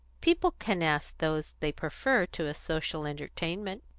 people can ask those they prefer to a social entertainment.